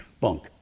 Bunk